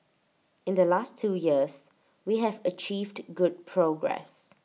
in the last two years we have achieved good progress